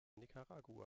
nicaragua